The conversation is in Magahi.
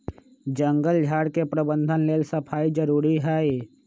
जङगल झार के प्रबंधन लेल सफाई जारुरी हइ